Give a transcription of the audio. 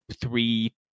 three